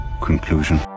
Conclusion